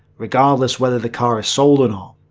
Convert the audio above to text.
regardless whether the car is sold and um